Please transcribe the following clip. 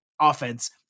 offense